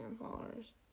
followers